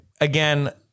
again